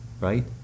right